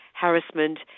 harassment